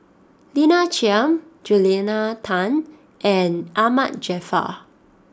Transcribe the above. Lina Chiam Julia Tan and Ahmad Jaafar